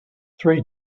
three